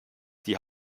die